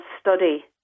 study